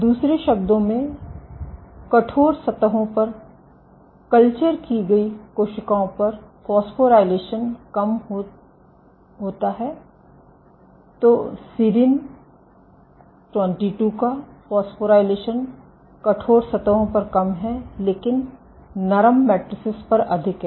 दूसरे शब्दों में कठोर सतहों पर कल्चर की गई कोशिकाओं पर फोस्फोरायलेशन कम होता है तो सीरीन 22 का फॉस्फोराइलेशन कठोर सतहों पर कम है लेकिन नरम मेट्रिसेस पर अधिक है